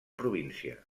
província